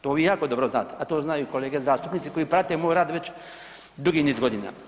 To vi jako dobro znate, a to znaju i kolege zastupnici koji prate moj rad već dugi niz godina.